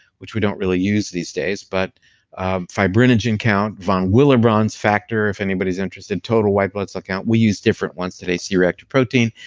which we don't really use these days, but fibrinogen count, von willebrand's factor, if anybody's interested, total white blood cell count, we use different ones today, c-reactive protein,